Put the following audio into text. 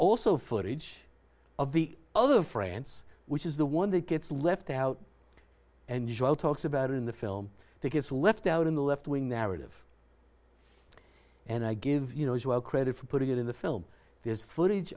also forage of the other france which is the one that gets left out and talks about it in the film take its left out in the left wing narrative and i give you know it well credit for putting it in the film there's footage